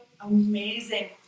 amazing